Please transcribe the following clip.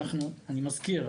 אני מזכיר,